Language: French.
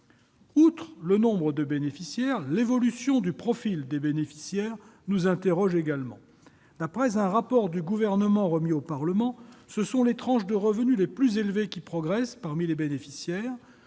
Outre le nombre de bénéficiaires, l'évolution de leur profil nous amène à nous interroger. D'après un rapport du Gouvernement remis au Parlement, ce sont les tranches de revenus les plus élevés qui progressent parmi les bénéficiaires.